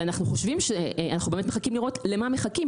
ואנחנו באמת מחכים לראות למה מחכים,